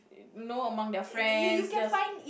know among their friends just